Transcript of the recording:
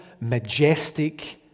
majestic